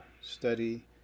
study